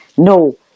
No